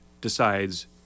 decides